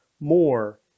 more